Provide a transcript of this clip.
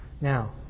Now